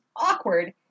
awkward